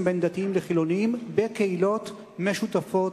בין דתיים לחילונים בקהילות משותפות,